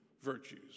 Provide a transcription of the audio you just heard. virtues